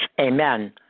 Amen